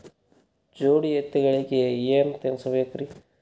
ಜೋಡಿ ಎತ್ತಗಳಿಗಿ ಏನ ತಿನಸಬೇಕ್ರಿ?